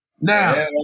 Now